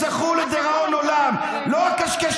שרק אותם מאשימים בפשיעה חקלאית,